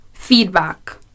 feedback